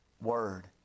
word